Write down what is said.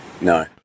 No